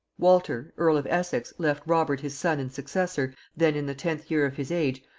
walter earl of essex left robert his son and successor, then in the tenth year of his age,